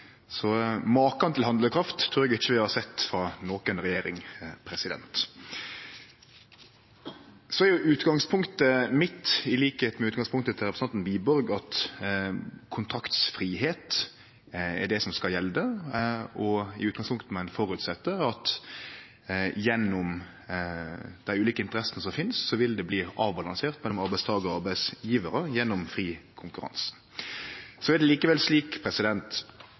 Så maken til handlekraft trur eg ikkje vi har sett frå noka regjering. Utgangspunktet mitt, til liks med utgangspunktet til representanten Wiborg, er at kontraktsfridom er det som skal gjelde, og i utgangspunktet med ein føresetnad om at gjennom dei ulike interessene som finst, vil det bli avbalansert mellom arbeidstakarar og arbeidsgjevarar gjennom fri konkurranse. Likevel er det slik